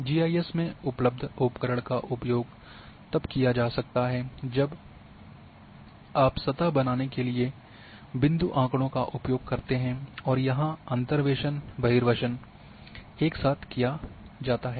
GIS में उपलब्ध उपकरण का उपयोग तब किया जा सकता है जब आप सतह बनाने के लिए बिंदु आँकड़ों का उपयोग करते हैं और यहाँ अंतर्वेसन बहिर्वेशन एक साथ किया जाता है